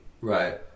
Right